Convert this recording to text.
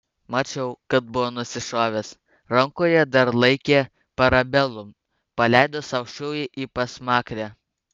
mačiau kad buvo nusišovęs rankoje dar laikė parabellum paleido sau šūvį į pasmakrę